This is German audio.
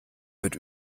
wird